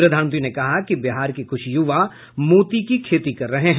प्रधानमंत्री ने कहा कि बिहार के कुछ युवा मोती की खेती कर रहे हैं